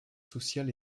social